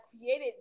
created